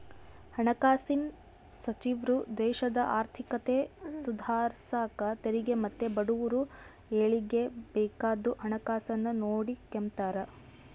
ಹಣಕಾಸಿನ್ ಸಚಿವ್ರು ದೇಶದ ಆರ್ಥಿಕತೆ ಸುಧಾರ್ಸಾಕ ತೆರಿಗೆ ಮತ್ತೆ ಬಡವುರ ಏಳಿಗ್ಗೆ ಬೇಕಾದ್ದು ಹಣಕಾಸುನ್ನ ನೋಡಿಕೆಂಬ್ತಾರ